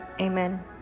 Amen